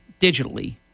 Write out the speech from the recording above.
digitally